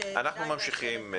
אנחנו ממשיכים.